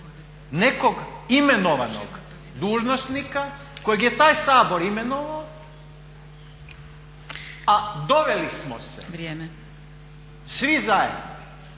nekog imenovanog dužnosnika kojeg je taj Sabor imenovao a doveli smo se svi zajedno